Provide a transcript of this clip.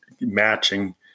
matching